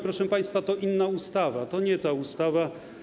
Proszę państwa, to inna ustawa, to nie ta ustawa.